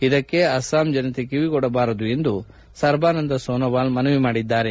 ಇದಕ್ಕೆ ಅಸ್ಲಾಂ ಜನತೆ ಕಿವಿಗೊಡಬಾರದು ಎಂದು ಸರ್ಬಾನಂದ ಸೋನೋವಾಲ್ ಮನವಿ ಮಾಡಿದ್ದಾರೆ